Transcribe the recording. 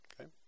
okay